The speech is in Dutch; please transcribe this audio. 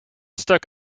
stuk